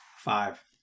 Five